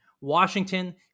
Washington